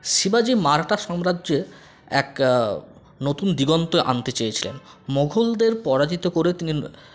শিবাজী মারাঠা সম্রাজ্যের এক নতুন দিগন্ত আনতে চেয়েছিলেন মোঘলদের পরাজিত করে তিনি